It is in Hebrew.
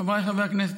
חבריי חברי הכנסת,